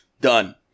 Done